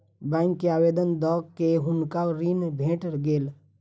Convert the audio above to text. bank के आवेदन दअ के हुनका ऋण भेट गेल